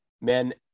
men